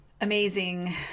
amazing